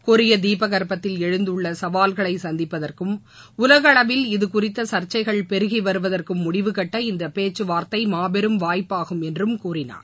கொரிய தீபகற்பத்தில் எழுந்துள்ள சவால்களை சந்திப்பதற்கும் உலகளவில் இதுகுறித்த சர்ச்சைகள் பெருகி வருவதற்கும் முடிவு கட்ட இந்த பேச்சு வார்த்தை மாபெரும் வாய்ப்பாகும் என்றும் கூறினார்